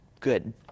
good